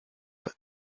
but